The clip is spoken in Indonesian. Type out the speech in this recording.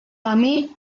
kami